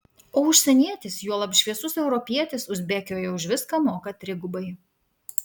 o užsienietis juolab šviesus europietis uzbekijoje už viską moka trigubai